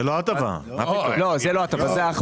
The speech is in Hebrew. לא, זוהי ההחמרה.